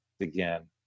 again